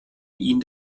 ihn